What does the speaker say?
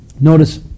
notice